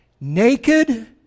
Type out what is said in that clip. naked